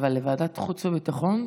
אבל לוועדת החוץ והביטחון?